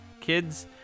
kids